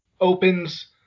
opens